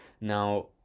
now